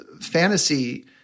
fantasy